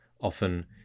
often